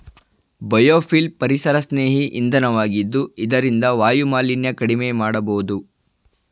biofuel ಪರಿಸರಸ್ನೇಹಿ ಇಂಧನ ವಾಗಿದ್ದು ಇದರಿಂದ ವಾಯುಮಾಲಿನ್ಯ ಕಡಿಮೆ ಮಾಡಬೋದು